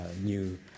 new